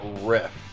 riff